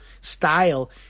style